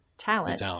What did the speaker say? talent